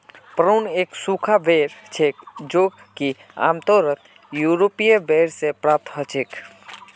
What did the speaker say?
prune एक सूखा बेर छेक जो कि आमतौरत यूरोपीय बेर से प्राप्त हछेक